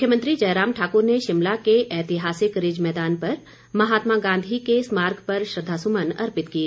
मुख्यमंत्री जयराम ठाकुर ने शिमला के ऐतिहासिक रिज मैदान पर महात्मा गांधी के स्मारक पर श्रद्वासुमन अर्पित किए